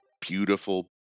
beautiful